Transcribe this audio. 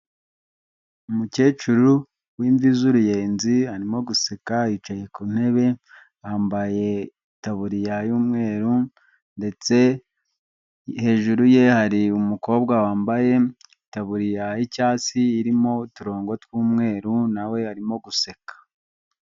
Umukecuru w'imvi z'uruyenzi arimo guseka yicaye ku ntebe yambaye itaburiya y'umweru, ndetse hejuru ye hari umukobwa wambaye itaburiya y'icyatsi irimo uturongo tw'umweru nawe arimo guseka.